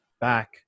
back